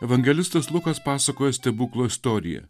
evangelistas lukas pasakoja stebuklo istoriją